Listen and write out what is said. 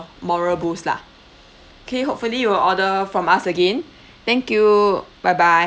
moral boost lah okay hopefully you will order from us again thank you bye bye